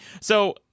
So-